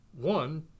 One